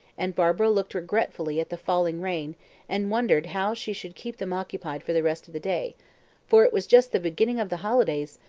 and barbara looked regretfully at the falling rain and wondered how she should keep them occupied for the rest of the day for it was just the beginning of the holidays,